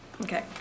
Okay